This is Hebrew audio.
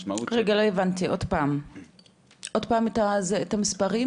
רגע, לא הבנתי, עוד פעם את המספרים.